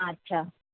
আচ্ছা